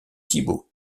thibaut